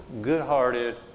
good-hearted